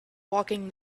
walking